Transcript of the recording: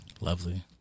lovely